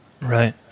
Right